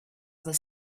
other